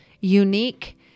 unique